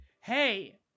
hey